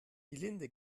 gelinde